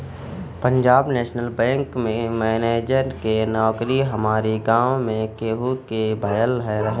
Punjab national bank में manager के नोकरी हमारी गांव में केहू के भयल रहे